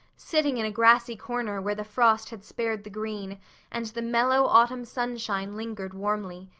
sitting in a grassy corner where the frost had spared the green and the mellow autumn sunshine lingered warmly,